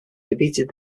defeated